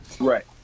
Right